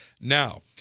now